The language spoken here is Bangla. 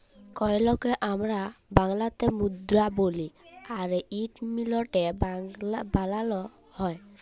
কইলকে আমরা বাংলাতে মুদরা বলি আর ইট মিলটে এ বালালো হয়